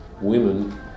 women